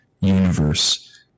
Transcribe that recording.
universe